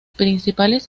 principales